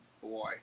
boy